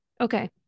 Okay